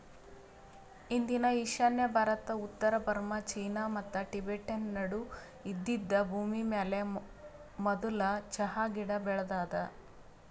ಇಂದಿನ ಈಶಾನ್ಯ ಭಾರತ, ಉತ್ತರ ಬರ್ಮಾ, ಚೀನಾ ಮತ್ತ ಟಿಬೆಟನ್ ನಡು ಇದ್ದಿದ್ ಭೂಮಿಮ್ಯಾಲ ಮದುಲ್ ಚಹಾ ಗಿಡ ಬೆಳದಾದ